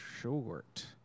short